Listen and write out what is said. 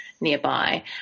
nearby